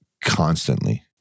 constantly